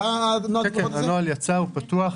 הנוהל יצא, הוא פתוח.